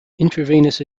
intravenous